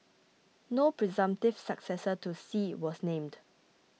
no presumptive successor to Xi was named